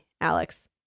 Alex